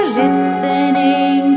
listening